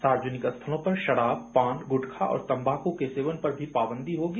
सार्वजनिक स्थलों पर शराब पान गुटखा और तंबाकू के सेवन पर भी पाबंदी होगी